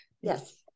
Yes